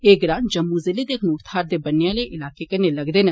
एह ग्रां जम्मू जिले दे अखनूर थाहर दे बन्ने आले इलाके कन्नै लगदे न